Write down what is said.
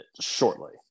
shortly